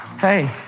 Hey